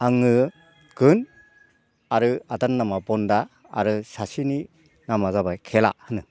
आङो गोन आरो आदानि नामआ बन्दा आरो सासेनि नामआ जाबाय खेला होनो